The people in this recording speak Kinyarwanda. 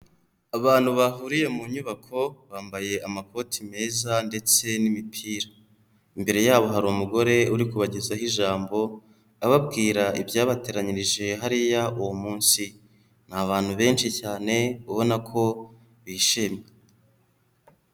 Abantu bahuriye mu nyubako bambaye amakoti meza ndetse n'imipira, imbere yabo hari umugore uri kubagezaho ijambo ababwira ibyabateranyirije hariya uwo munsi, ni abantu benshi cyane ubona ko bishimye.